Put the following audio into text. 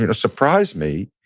you know surprised me